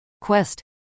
Quest